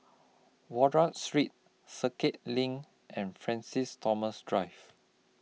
Street Circuit LINK and Francis Thomas Drive